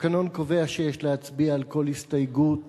התקנון קובע שיש להצביע על כל הסתייגות,